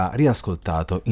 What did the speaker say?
riascoltato